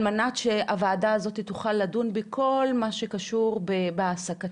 על מנת שהוועדה הזאת תוכל לדון בכל מה שקשור בהעסקתם,